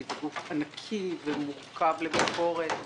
זה גוף ענקי ומורכב לביקורת.